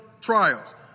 trials